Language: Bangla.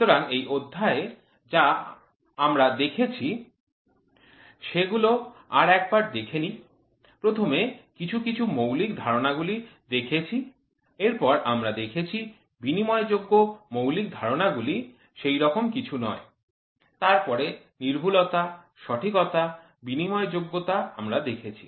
সুতরাং এই অধ্যায়ে যা আমরা দেখেছি সেগুলো আর একবার দেখে নিই প্রথমে কিছু কিছু মৌলিক ধারণাগুলি দেখেছি এরপর আমরা দেখেছি বিনিময়যোগ্য মৌলিক ধারণাগুলি সেরকম কিছুই নয় তারপরে নির্ভুলতা সঠিকতা বিনিময়যোগ্যতা আমরা দেখেছি